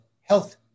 health